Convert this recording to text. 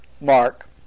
Mark